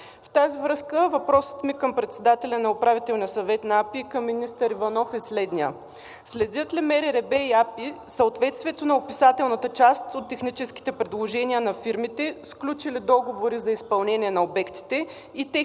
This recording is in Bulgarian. В тази връзка въпросът ми към председателя на Управителния съвет на АПИ и към министър Иванов е следният: следят ли МРРБ и АПИ съответствието на описателната част от техническите предложения на фирмите, сключили договори за изпълнение на обектите, и техните